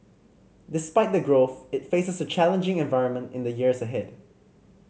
despite the growth it faces a challenging environment in the years ahead